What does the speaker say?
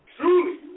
Truly